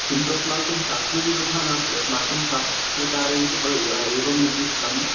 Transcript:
किन्तु अस्माकं शास्त्रे तु तथा नास्ति अस्माकं शास्त्रकारैः तु प एवं निर्दिष्टं